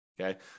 Okay